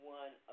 one